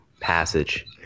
passage